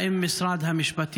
כל אחד עם הגנים שלו.